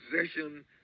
possession